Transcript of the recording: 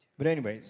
but anyway,